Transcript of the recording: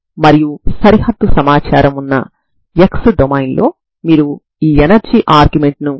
ఇప్పుడు సరిహద్దు సమాచారం ux0t0 ను సరిహద్దు నియమాలుగా తీసుకుంటాము